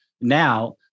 now